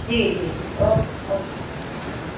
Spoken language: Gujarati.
જી જી જી ઓકે ઓકે હા